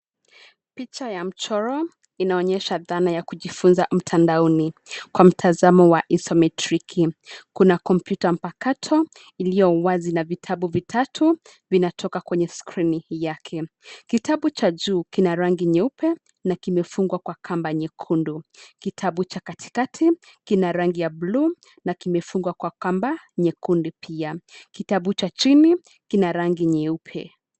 Picha ya mchoro, inaonyesha dhana ya kujifunza mtandaoni, kwa mtazamo wa isometriki, kuna kompyuta mpakato, iliyowazi na vitabu vitatu, vinatoka kwenye skrini yake, kitabu cha juu kina rangi nyeupe, na kimefungwa kwa kamba nyekundu, kitabu cha katikati, kina rangi ya bluu, na kimefungwa kwa kamba, nyekundu pia, kitabu cha chini, kina rangi nyeupe.